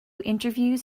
interviews